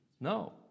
No